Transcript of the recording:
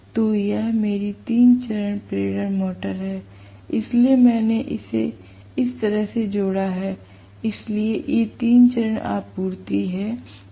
तो यह मेरी तीन चरण प्रेरण मोटर है इसलिए मैंने इसे इस तरह से जोड़ा है इसलिए ये तीन चरण आपूर्ति हैं A B C